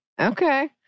Okay